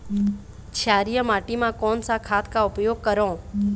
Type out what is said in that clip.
क्षारीय माटी मा कोन सा खाद का उपयोग करों?